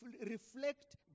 reflect